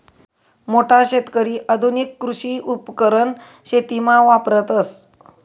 मोठा शेतकरी आधुनिक कृषी उपकरण शेतीमा वापरतस